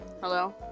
Hello